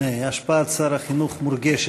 110), התשע"ד 2014, נתקבל.